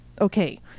Okay